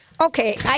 Okay